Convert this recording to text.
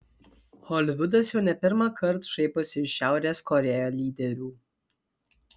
holivudas jau ne pirmąkart šaiposi iš šiaurės korėjo lyderių